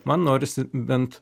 man norisi bent